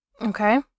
Okay